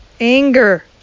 anger